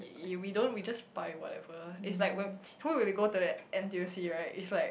y~ we don't we just buy whatever it's like when when we go to the N_T_U C right it's like